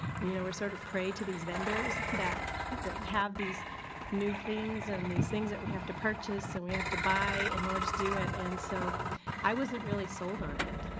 you know, we're sort of prey to these vendors that that have these new things and these things that we have to purchase and we have to buy in order to do it and so i wasn't really sold on it.